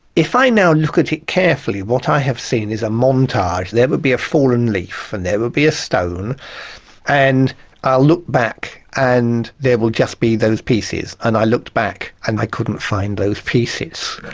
if i now look at it carefully what i have seen is a montage there will be a fallen leaf and there will be a stone and i'll look back and there will just be those pieces. and i looked back and i couldn't find those pieces.